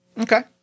Okay